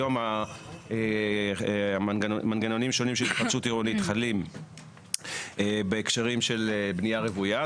היום המנגנונים השונים של התחדשות עירונית חלים בהקשרים של בנייה רוויה.